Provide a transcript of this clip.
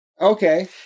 Okay